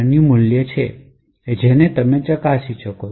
નું મૂલ્ય છે જેને તમે ચકાસી શકો છો